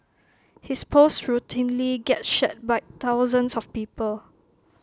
his posts routinely get shared by thousands of people